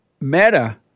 Meta